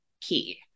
key